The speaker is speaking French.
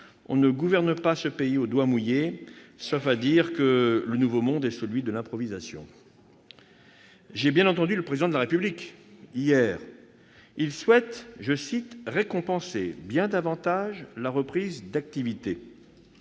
on ne gouverne pas ce pays au doigt mouillé, à moins que le nouveau monde ne soit celui de l'improvisation ... J'ai bien entendu le Président de la République hier : il souhaite « récompenser bien davantage la reprise d'activité ».